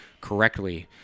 correctly